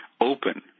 open